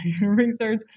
research